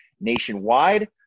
nationwide